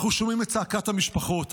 אנחנו שומעים את צעקת המשפחות,